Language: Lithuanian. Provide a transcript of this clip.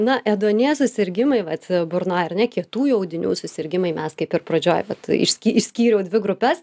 na ėduonies susirgimai vat burnoj ir ne kietųjų audinių susirgimai mes kaip ir pradžioje vat išsky išskyriau dvi grupes